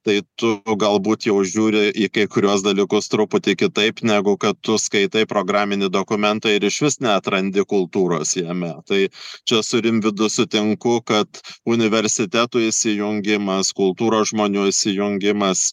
tai tu galbūt jau žiūri į kai kuriuos dalykus truputį kitaip negu kad tu skaitai programinį dokumentą ir išvis neatrandi kultūros jame tai čia su rimvydu sutinku kad universitetų įsijungimas kultūros žmonių įsijungimas